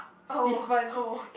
oh hor